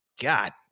God